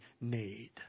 need